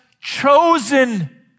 chosen